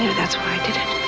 that's why i did it.